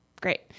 Great